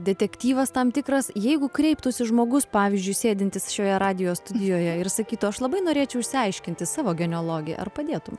detektyvas tam tikras jeigu kreiptųsi žmogus pavyzdžiui sėdintis šioje radijo studijoje ir sakytų aš labai norėčiau išsiaiškinti savo genealogiją ar padėtum